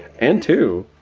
and two,